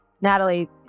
Natalie